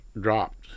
dropped